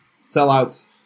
sellouts